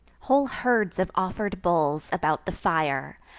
whole herds of offer'd bulls, about the fire,